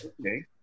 Okay